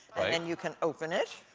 then you can open it.